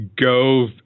go